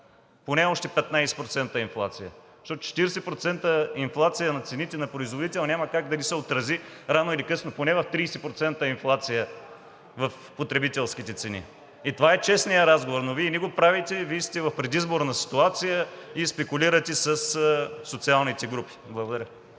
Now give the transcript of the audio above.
поне още 15% инфлация. Защото 40% инфлация на цените на производител няма как да не се отрази рано или късно поне в 30% инфлация в потребителските цени. И това е честният разговор. Но Вие не го правите и Вие сте в предизборна ситуация и спекулирате със социалните групи. Благодаря.